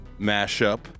mashup